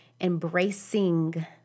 embracing